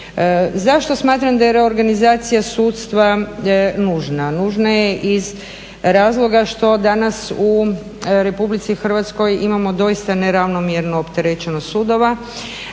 Zašto smatram da je reorganizacija sudstva nužna? Nužna je iz razloga što danas u RH imamo doista neravnomjernu opterećenost sudova,